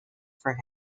for